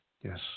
Yes